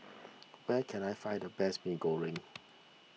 where can I find the best Mee Goreng